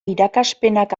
irakaspenak